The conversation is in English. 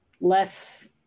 Less